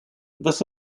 this